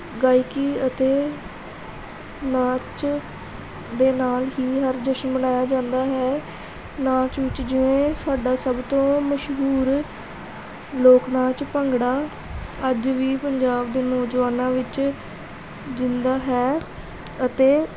ਗਾਇਕੀ ਅਤੇ ਨਾਚ ਦੇ ਨਾਲ ਹੀ ਹਰ ਜਸ਼ਨ ਮਨਾਇਆ ਜਾਂਦਾ ਹੈ ਨਾਚ ਵਿੱਚ ਜਿਵੇਂ ਸਾਡਾ ਸਭ ਤੋਂ ਮਸ਼ਹੂਰ ਲੋਕ ਨਾਚ ਭੰਗੜਾ ਅੱਜ ਵੀ ਪੰਜਾਬ ਦੇ ਨੌਜਵਾਨਾਂ ਵਿੱਚ ਜਿੰਦਾ ਹੈ ਅਤੇ